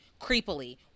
creepily